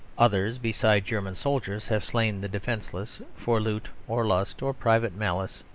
others besides german soldiers have slain the defenceless, for loot or lust or private malice,